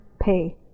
pay